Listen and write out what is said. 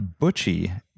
Butchie